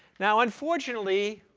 now unfortunately,